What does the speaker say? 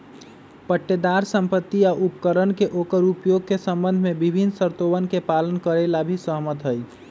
पट्टेदार संपत्ति या उपकरण के ओकर उपयोग के संबंध में विभिन्न शर्तोवन के पालन करे ला भी सहमत हई